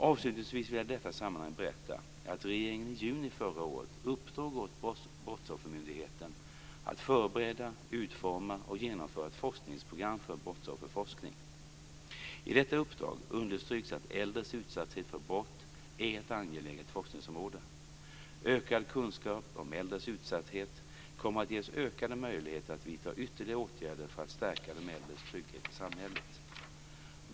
Avslutningsvis vill jag i detta sammanhang berätta att regeringen i juni förra året uppdrog åt Brottsoffermyndigheten att förbereda, utforma och genomföra ett forskningsprogram för brottsofferforskning . I detta uppdrag understryks att äldres utsatthet för brott är ett angeläget forskningsområde. Ökad kunskap om äldres utsatthet kommer att ge oss ökade möjligheter att vidta ytterligare åtgärder för att stärka de äldres trygghet i samhället.